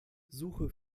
suche